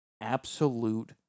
Absolute